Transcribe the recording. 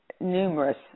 numerous